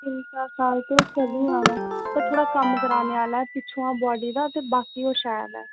तिन चार साल तक्क चली जाना पर थोह्ड़ा कम्म कराने आह्ला पिच्छुआं बॉडी दा ते पिच्छुआं शैल ऐ